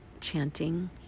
chanting